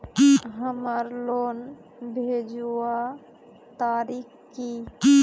हमार लोन भेजुआ तारीख की?